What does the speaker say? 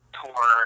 tour